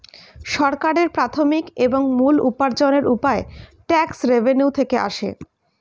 সরকারের প্রাথমিক এবং মূল উপার্জনের উপায় ট্যাক্স রেভেন্যু থেকে আসে